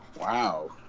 Wow